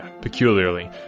peculiarly